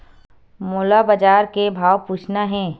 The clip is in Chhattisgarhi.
मोला बजार के भाव पूछना हे?